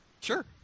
Sure